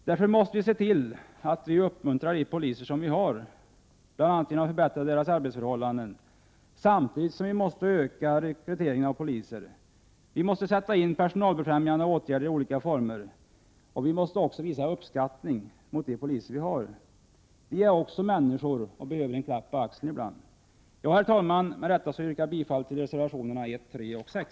Därför måste vi uppmuntra de poliser vi har — bl.a. genom att förbättra deras arbetsförhållanden — samtidigt som nyrekryteringen av poliser måste ökas. Vi måste sätta in personalbefrämjande åtgärder i olika former. Vi måste också visa uppskattning över de poliser vi har. Även de är människor och behöver ibland en klapp på axeln. Herr talman! Med det anförda yrkar jag bifall till reservationerna 1, 3 och 6.